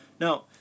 Now